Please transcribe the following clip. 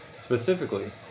specifically